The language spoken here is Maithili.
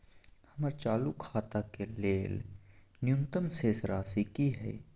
हमर चालू खाता के लेल न्यूनतम शेष राशि की हय?